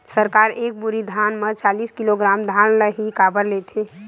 सरकार एक बोरी धान म चालीस किलोग्राम धान ल ही काबर लेथे?